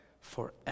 forever